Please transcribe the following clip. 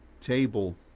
table